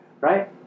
Right